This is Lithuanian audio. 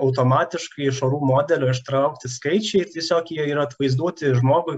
automatiškai iš orų modelio ištraukti skaičiai tiesiog jie yra atvaizduoti žmogui